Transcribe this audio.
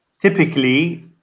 typically